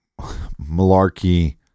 malarkey